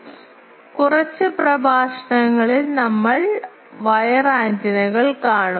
അതിനാൽ കുറച്ച് പ്രഭാഷണങ്ങളിൽ ഞങ്ങൾ വയർ ആന്റിനകൾ കാണും